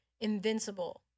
Invincible